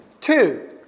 Two